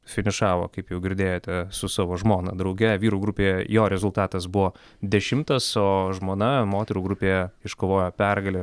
finišavo kaip jau girdėjote su savo žmona drauge vyrų grupėje jo rezultatas buvo dešimtas o žmona moterų grupėje iškovojo pergalę